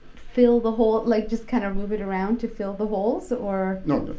fill the hole, like, just kind of move it around to fill the holes or. no, no,